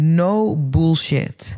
no-bullshit